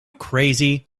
crazy